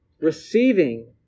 Receiving